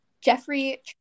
Jeffrey